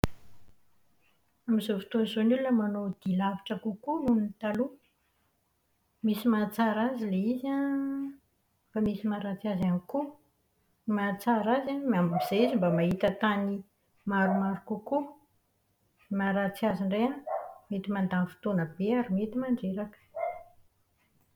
Amin'izao fotoana izao ny olona manao dia lavitra kokoa nohon'ny taloha. Misy mahatsara azy ilay izy an famisy maharatsy azy ihany koa. Ny mahatsara azy an, amin'izay izy mba mahita tany maromaro kokoa. Ny maharatsy azy indray an, metu mandany fotoana be ary mety mandreraka.